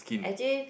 actually